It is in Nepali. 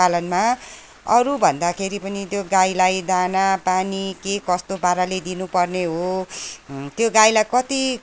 पालनमा अरू भन्दाखेरि पनि त्यो गाईलाई दाना पानी के कस्तो पाराले दिनुपर्ने हो त्यो गाईलाई कति